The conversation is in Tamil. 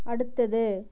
அடுத்தது